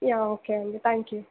yeah okay అండి thank you